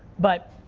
but